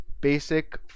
basic